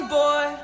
boy